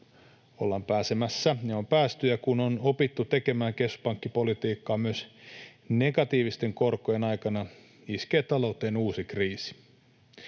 ollaan pääsemässä ja on päästy ja kun on opittu tekemään keskuspankkipolitiikkaa myös negatiivisten korkojen aikana, iskee talouteen uusi kriisi.